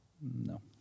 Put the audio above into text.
No